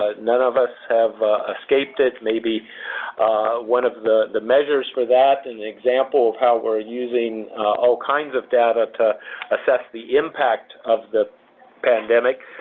ah none of us have escaped it. maybe one of the the measures for that, and an example of how we're using all kinds of data to assess the impact of the pandemic,